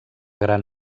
gran